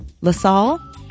LaSalle